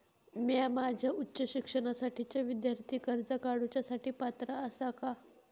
म्या माझ्या उच्च शिक्षणासाठीच्या विद्यार्थी कर्जा काडुच्या साठी पात्र आसा का?